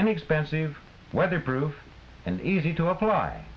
inexpensive weatherproof and easy to apply